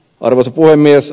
arvoisa puhemies